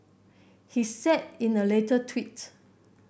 he said in a later tweet